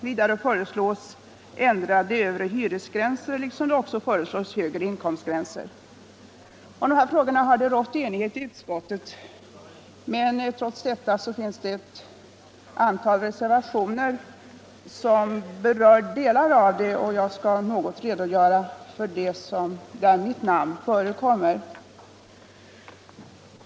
Vidare föreslås ändrade övre hyresgränser liksom också högre inkomstgränser. Om dessa frågor har det rått enighet i utskottet, men trots detta finns det ett antal reservationer på enskilda punkter, och jag skall något redogöra för dem där mitt namn förekommer.